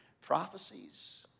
prophecies